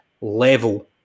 level